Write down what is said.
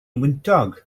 wyntog